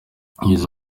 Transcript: kugeza